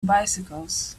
bicycles